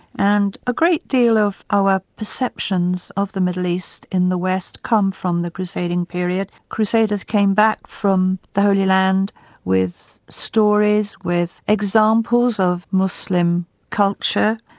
and a great deal of our perceptions of the middle east in the west come from the crusading period. crusaders came back from the holy land with stories, with examples of muslim culture.